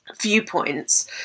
viewpoints